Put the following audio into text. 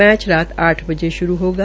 match रात आठ बजे श्रू होगा